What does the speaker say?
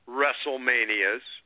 WrestleManias